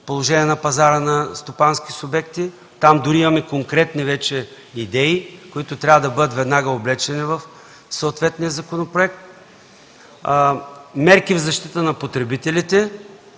положение на пазара на стопански субекти – там дори имаме конкретни идеи, които трябва да бъдат веднага облечени в съответния законопроект, и мерки в защита на потребителите.